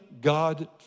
God